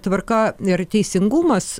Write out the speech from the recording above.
tvarka ir teisingumas